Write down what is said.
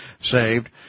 saved